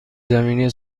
زمینی